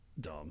Dumb